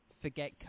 Forget